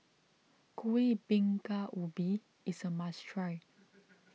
Kueh Bingka Ubi is a must try